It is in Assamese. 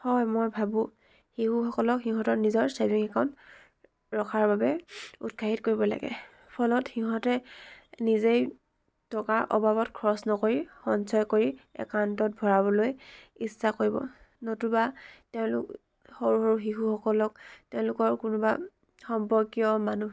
হয় মই ভাবোঁ শিশুসকলক সিহঁতৰ নিজৰ চেভিং একাউণ্ট ৰখাৰ বাবে উৎসাহিত কৰিব লাগে ফলত সিহঁতে নিজেই টকা অবাবত খৰচ নকৰি সঞ্চয় কৰি একাউণ্টত ভৰাবলৈ ইচ্ছা কৰিব নতুবা তেওঁলোক সৰু সৰু শিশুসকলক তেওঁলোকৰ কোনোবা সম্পৰ্কীয় মানুহ